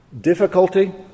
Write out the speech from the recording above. difficulty